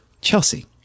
Chelsea